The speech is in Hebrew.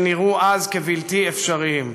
שנראו אז כבלתי אפשריים,